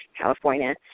California